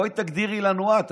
בואי תגדירי לנו את.